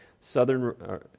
Southern